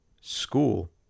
school